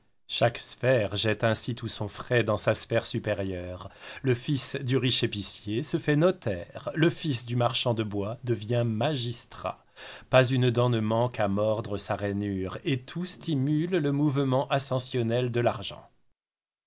chaque sphère jette ainsi tout son frai dans sa sphère supérieure le fils du riche épicier se fait notaire le fils du marchand de bois devient magistrat pas une dent ne manque à mordre sa rainure et tout stimule le mouvement ascensionnel de l'argent